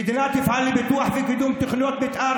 המדינה תפעל לפיתוח ולקידום תוכניות מתאר